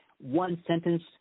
one-sentence